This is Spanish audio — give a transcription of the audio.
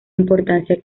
importancia